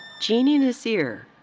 jeanni nseir.